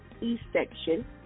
e-section